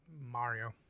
Mario